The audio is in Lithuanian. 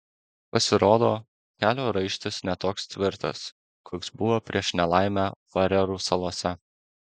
pasirodo kelio raištis ne toks tvirtas koks buvo prieš nelaimę farerų salose